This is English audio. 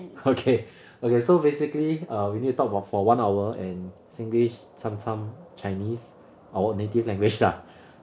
okay okay so basically err we need to talk about for one hour and singlish cam cam chinese our native language lah